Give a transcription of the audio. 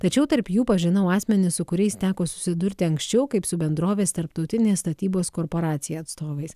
tačiau tarp jų pažinau asmenis su kuriais teko susidurti anksčiau kaip su bendrovės tarptautinė statybos korporacija atstovais